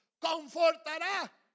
confortará